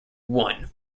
one